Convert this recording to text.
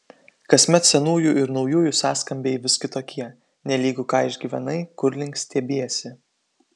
kasmet senųjų ir naujųjų sąskambiai vis kitokie nelygu ką išgyvenai kur link stiebiesi